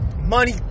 Money